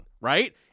right